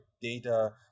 data